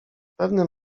pewnym